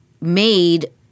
made